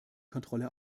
kontrolle